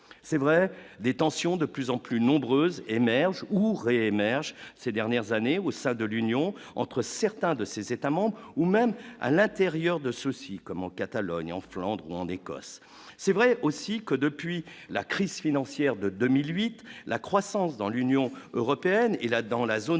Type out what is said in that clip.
c'est vrai, des tensions de plus en plus nombreuses émergent ou re-émerge ces dernières années au sein de l'Union entre certains de ses États-membres ou même à l'intérieur de-ci comme en Catalogne en Flandre ou en Ecosse, c'est vrai aussi que depuis la crise financière de 2008, la croissance dans l'Union européenne et là, dans la zone